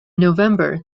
november